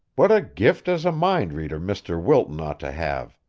what a gift as a mind-reader mr. wilton ought to have!